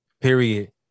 period